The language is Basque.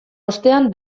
ostean